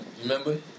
Remember